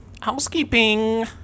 Housekeeping